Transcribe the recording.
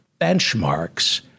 benchmarks